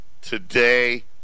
Today